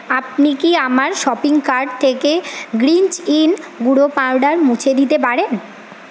আপনি কি আমার শপিং কার্ট থেকে গ্রিনজ ইন গুঁড়ো পাউডার মুছে দিতে পারেন